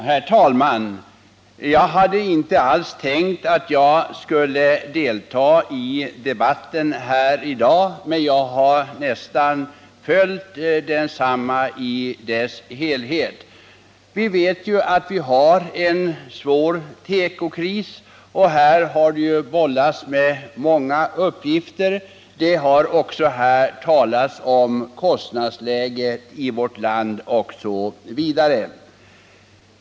Herr talman! Jag hade inte alls tänkt att jag skulle delta i debatten här i dag, trots att jag följt den nästan i dess helhet. Vi har en svår tekokris, och här har bollats med många siffror och talats om kostnadsläget i vårt land osv.